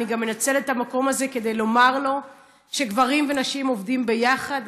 ואני גם מנצלת את המקום הזה כדי לומר לו שגברים ונשים עובדים ביחד,